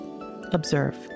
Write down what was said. observe